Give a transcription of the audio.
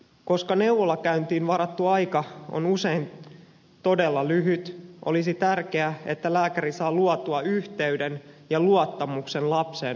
koska neuvolakäyntiin varattu aika on usein todella lyhyt olisi tärkeää että lääkäri saa luotua yhteyden ja luottamuksen lapseen nopeasti